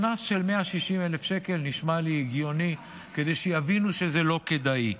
קנס של 160,000 שקל נשמע לי הגיוני כדי שיבינו שזה לא כדאי.